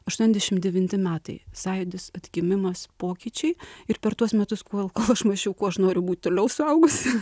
aštuoniasdešitm devinti metai sąjūdis atgimimas pokyčiai ir per tuos metus kol aš mąsčiau kuo aš noriu būt toliau suaugusi